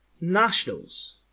Nationals